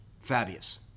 Fabius